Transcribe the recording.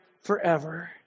forever